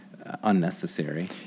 unnecessary